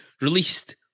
released